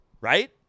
right